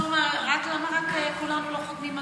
למה הוא לא,